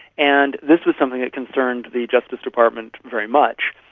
and this was something that concerned the justice department very much,